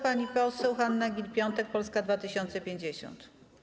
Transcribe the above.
Pani poseł Hanna Gill-Piątek, Polska 2050.